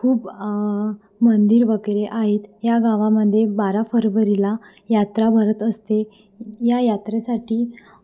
खूप मंदिर वगैरे आहेत या गावामध्ये बारा फरवरीला यात्रा भरत असते या यात्रेसाठी